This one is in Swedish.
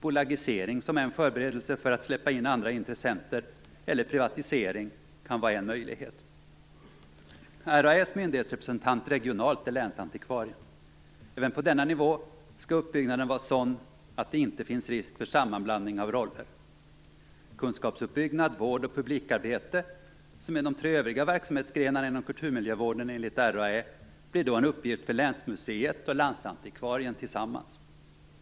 Bolagisering som en förberedelse för att släppa in andra intressenter eller privatisering kan vara en möjlighet. RAÄ:s myndighetsrepresentant regionalt är länsantikvarien. Även på denna nivå skall uppbyggnaden vara sådan att det inte finns risk för sammanblandning av roller. Kunskapsuppbyggnad, vård och publikarbete, som är de tre övriga verksamhetsgrenarna inom kulturmiljövården enligt RAÄ, blir då en uppgift för länsmuseet och landsantikvarien tillsammans.